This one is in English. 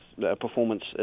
performance